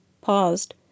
paused